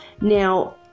now